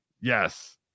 yes